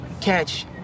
catch